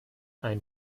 ein